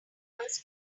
tables